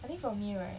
I think for me right